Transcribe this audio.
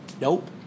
Nope